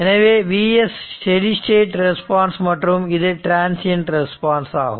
எனவே Vs steady state response மற்றும் இது டிரன்சியண்ட் ரெஸ்பான்ஸ் ஆகும்